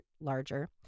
larger